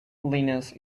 linus